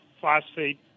phosphate